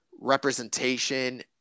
representation